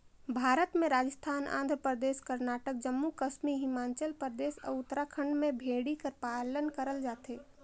भारत में राजिस्थान, आंध्र परदेस, करनाटक, जम्मू कस्मी हिमाचल परदेस, अउ उत्तराखंड में भेड़ी कर पालन करल जाथे